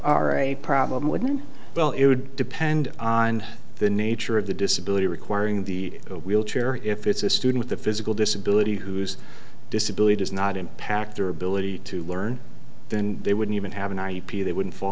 are a problem wouldn't well it would depend on the nature of the disability requiring the wheelchair if it's a student the physical disability who's disability does not impact their ability to learn then they wouldn't even have an ip they wouldn't fall